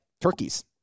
turkeys